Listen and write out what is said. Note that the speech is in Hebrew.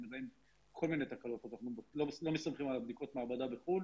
לכול מיני תקלות אז אנחנו לא מסתמכים על בדיקות המעבדה בחו"ל